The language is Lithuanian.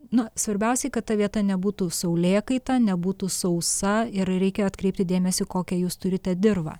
nu svarbiausiai kad ta vieta nebūtų saulėkaita nebūtų sausa ir reikia atkreipti dėmesį kokią jūs turite dirvą